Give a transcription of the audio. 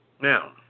Now